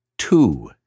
Two